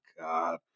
God